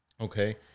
Okay